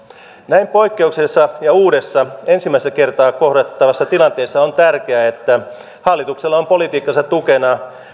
näin poikkeuksellisessa ja uudessa ensimmäistä kertaa kohdattavassa tilanteessa on tärkeää että hallituksella on politiikkansa tukena